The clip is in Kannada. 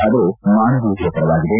ಆದರೆ ಮಾನವೀಯತೆಯ ಪರವಾಗಿದೆ